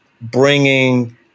bringing